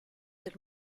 del